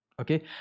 Okay